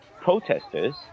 protesters